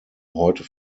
heute